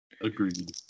Agreed